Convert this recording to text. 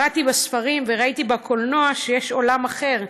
קראתי בספרים וראיתי בקולנוע שיש עולם אחר,